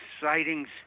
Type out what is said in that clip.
sightings